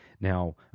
Now